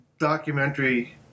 documentary